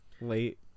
late